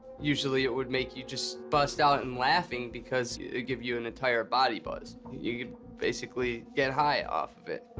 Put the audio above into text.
usually it would make you just bust out in laughing, because it'd give you an entire body buzz. you'd basically get high off of it.